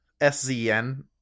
s-z-n